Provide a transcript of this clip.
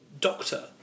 doctor